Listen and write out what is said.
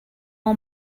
all